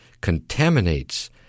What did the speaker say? contaminates